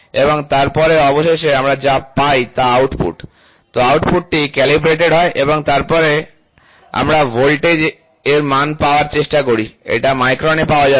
এবং তারপরে অবশেষে আমরা যা পাই তা আউটপুট এই আউটপুটটি ক্যালিব্রেটেড হয় এবং তারপরে আমরা ভোল্টেজ এবং এর মান পাওয়ার চেষ্টা করি এটি মাইক্রন এ পাওয়া যাবে